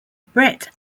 brett